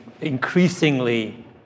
increasingly